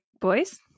boys